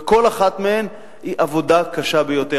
וכל אחת מהן היא עבודה קשה מאוד.